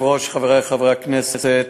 אדוני היושב-ראש, חברי חברי הכנסת,